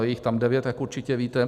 Je jich tam devět, jak určitě víte.